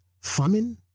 famine